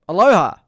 Aloha